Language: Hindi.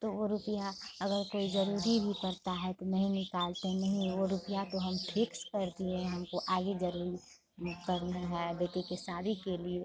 तो ओ रुपिया अगर कोई जरूरी भी पड़ता है तो नहीं निकालते हैं नहीं वो रुपिया तो हम फिक्स कर दिए हैं हमको आगे जरूर में करना है बेटी के शादी के लिए